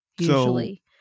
Usually